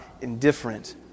indifferent